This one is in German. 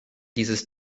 dieses